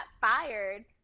fired